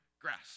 grass